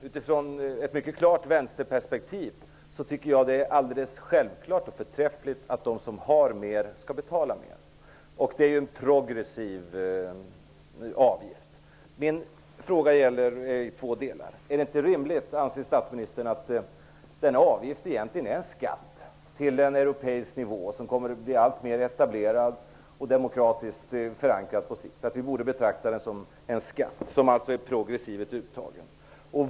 Utifrån ett mycket klart vänsterperspektiv tycker jag att det är alldeles självklart och förträffligt att de som har mer skall betala mer, alltså en progressiv avgift. Min fråga är i två delar: Anser inte statsministern att avgiften egentligen är skatt till Europa som kommer att bli alltmer etablerad och demokratiskt förankrad på sikt? Borde vi inte betrakta den som en skatt som är progressivt uttagen?